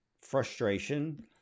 frustration